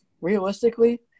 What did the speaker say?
realistically